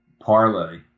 parlay